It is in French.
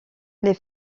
les